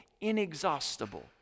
inexhaustible